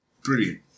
brilliant